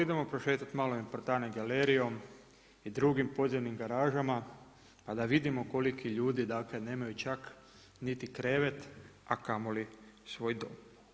Idemo prošetati malo Importane galerijom i drugim podzemnim garažama pa da vidimo koliki ljudi nemaju čak niti krevet, a kamoli svoj dom.